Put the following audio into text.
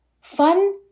Fun